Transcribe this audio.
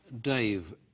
Dave